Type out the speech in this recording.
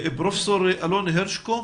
פרופ' אלון הרשקו,